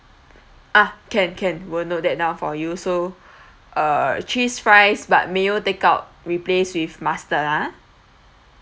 ah can can will note that down for you so uh cheese fries but mayo takeout replace with mustard ah